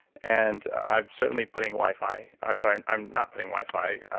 and i'm certainly putting wi-fi, or, sorry, i'm not putting wi-fi.